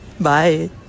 Bye